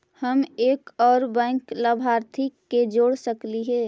हम एक और बैंक लाभार्थी के जोड़ सकली हे?